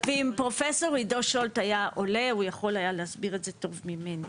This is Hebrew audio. ואם פרופסור עידו שולט היה עולה הוא יכול היה להסביר את זה טוב ממני,